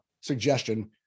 suggestion